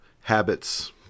habits